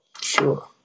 Sure